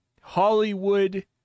Hollywood